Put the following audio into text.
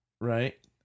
Right